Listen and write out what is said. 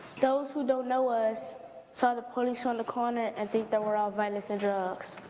those who don't know us saw the police on the corner and think that we're all violence and drugs.